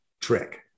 trick